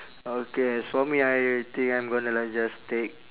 okay as for me I think I'm gonna like just take